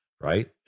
right